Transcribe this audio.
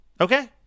okay